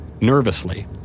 Nervously